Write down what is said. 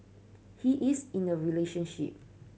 he is in a relationship